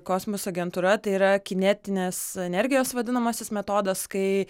kosmoso agentūra tai yra kinetinės energijos vadinamasis metodas kai